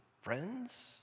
friends